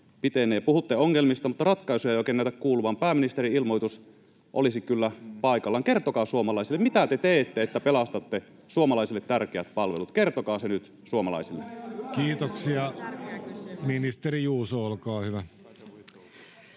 Puhutte ongelmista, mutta ratkaisuja ei oikein näytä kuuluvan. Pääministerin ilmoitus olisi kyllä paikallaan. Kertokaa suomalaisille, mitä te teette, että pelastatte suomalaisille tärkeät palvelut. Kertokaa se nyt suomalaisille. [Ben Zyskowiczin välihuuto] [Speech